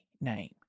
name